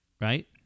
right